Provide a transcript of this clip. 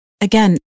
Again